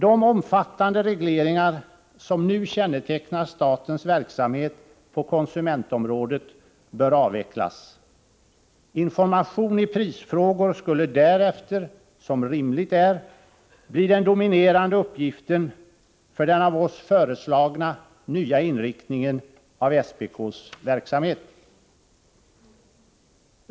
De omfattande regleringar som nu kännetecknar statens verksamhet på konsumentområdet bör avvecklas. Information i prisfrågor skulle därefter, som rimligt är, bli den dominerande uppgiften för den av oss föreslagna nya inriktningen av SPK:s verksamhet.